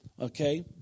Okay